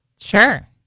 Sure